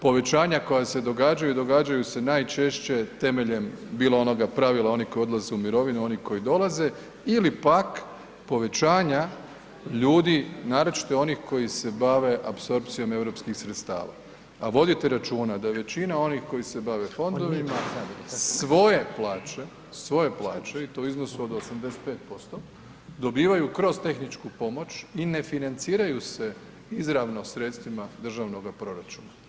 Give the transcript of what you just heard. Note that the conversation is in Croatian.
Povećanja koja se događaju, događaju se najčešće temeljem bilo onoga pravila oni koji odlaze u mirovinu, oni koji dolaze ili pak povećanja ljudi, naročito onih koji se bave apsorpcijom europskih sredstava, a vodite računa da je većina onih koji se bave fondovima svoje plaće, svoje plaće i to u iznosu od 85% dobivaju kroz tehničku pomoć i ne financiraju se izravno sredstvima državnoga proračuna.